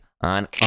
on